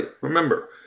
remember